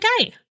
okay